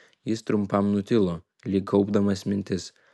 jis trumpam nutilo lyg kaupdamas mintis